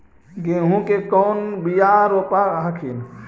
गेहूं के कौन बियाह रोप हखिन?